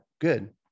good